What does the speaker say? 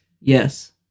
yes